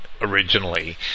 originally